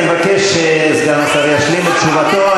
אני מבקש שסגן השר ישלים את תשובתו.